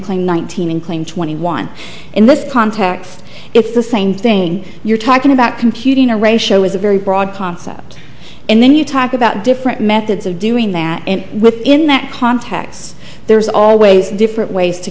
claim nineteen and claim twenty one in this context it's the same thing you're talking about computing a ratio is a very broad concept and then you talk about different methods of doing that and within that context there's always different ways to